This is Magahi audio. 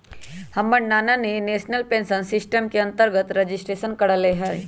हमर नना ने नेशनल पेंशन सिस्टम के अंतर्गत रजिस्ट्रेशन करायल हइ